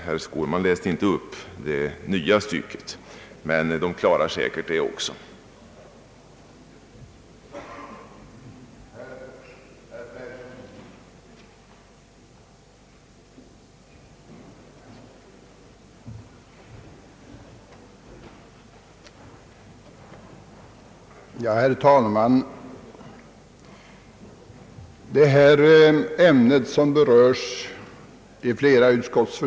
Herr Skårman läste inte upp det nya stycket i lag, men redogörarna klarar säkert också det.